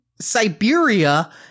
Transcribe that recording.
Siberia